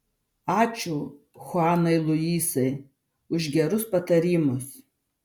ačiū chuanai luisai už gerus patarimus